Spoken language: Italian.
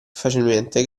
facilmente